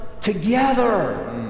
together